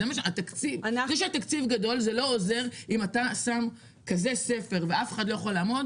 זה שהתקציב גדול זה לא עוזר אם אתה שם כזה ספר ואף אחד לא יכול לעמוד